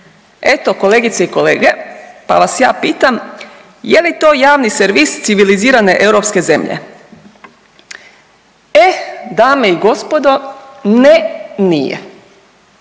Eto kolegice i kolege, pa vas ja pitam je li to javni servis civilizirane europske zemlje? Eh dame i gospodo, ne nije.